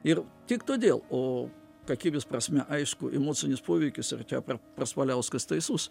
ir tik todėl o kakybės prasme aišku imocinis poveikis yra čia pre praspaliauskas teisus